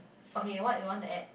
okay what you want to add